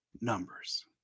numbers